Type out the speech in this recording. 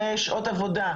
שעות עבודה,